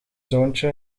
zoontje